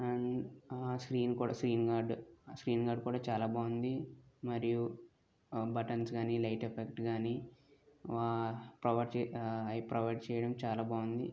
and ఆ screen కూడా screen guard screen guard కూడా చాలా బాగుంది మరియు అ బటన్స్ కానీ లైట్ ఎఫెక్ట్ కానీ వా ప్రొవైడ్ చేయి అవి ప్రొవైడ్ చేయడం చాలా బాగుంది